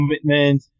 commitment